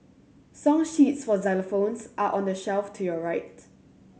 song sheets for xylophones are on the shelf to your right